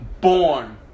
born